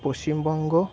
Paschimbanga